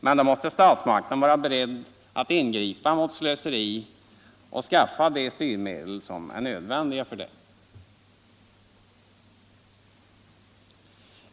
Men då måste statsmakten vara beredd att ingripa mot slöseriet och skaffa de styrmedel som är nödvändiga härför.